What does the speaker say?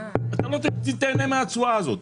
אז מה תיתן התשואה הזאת?